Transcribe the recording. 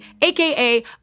aka